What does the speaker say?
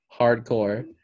Hardcore